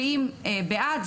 ומצביעים בעד.